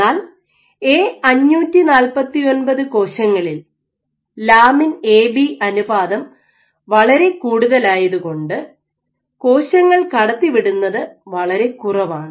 എന്നാൽ എ 549 കോശങ്ങളിൽ lamin AB അനുപാതം വളരെ കൂടുതലായതുകൊണ്ട് കോശങ്ങൾ കടത്തിവിടുന്നത് വളരെ കുറവാണ്